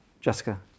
Jessica